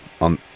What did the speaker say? on